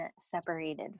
separated